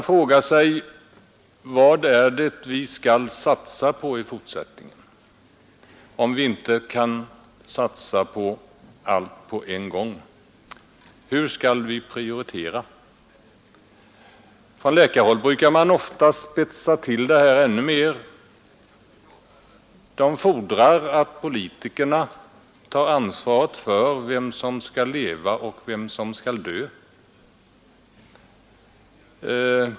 Frågan är: Vad skall vi satsa på i fortsättningen, om vi inte kan satsa på allt på en gång? Hur skall vi prioritera? På läkarhåll spetsar man ofta till resonemangen ännu mer. Läkarna fordrar att politikerna tar ansvaret för vem som skall leva och vem som skall dö.